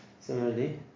similarly